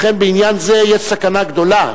לכן בעניין זה יש סכנה גדולה,